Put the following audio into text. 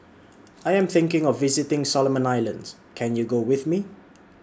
I Am thinking of visiting Solomon Islands Can YOU Go with Me